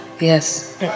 yes